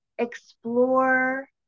Explore